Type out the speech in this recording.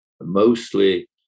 Mostly